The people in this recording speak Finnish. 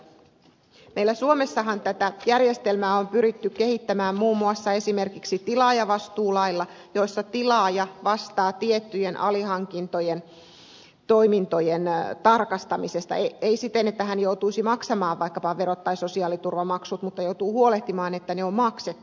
meillä suomessahan tätä järjestelmää on pyritty kehittämään esimerkiksi tilaajavastuulailla jonka mukaan tilaaja vastaa tiettyjen alihankintojen toimintojen tarkastamisesta ei siten että hän joutuisi maksamaan vaikkapa verot tai sosiaaliturvamaksut vaan hän joutuu huolehtimaan että ne on maksettu